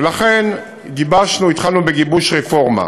ולכן התחלנו בגיבוש רפורמה.